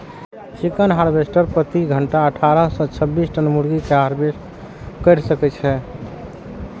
chicken harvester प्रति घंटा अट्ठारह सं छब्बीस टन मुर्गी कें हार्वेस्ट कैर सकै छै